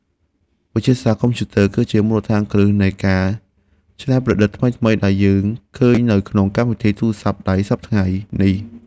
វិទ្យាសាស្ត្រកុំព្យូទ័រ គឺជាមូលដ្ឋានគ្រឹះនៃការច្នៃប្រឌិតថ្មីៗដែលយើងឃើញនៅក្នុងកម្មវិធីទូរស័ព្ទដៃសព្វថ្ងៃនេះ។